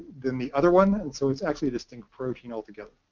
than the other one, and so it's actually just encroaching altogether.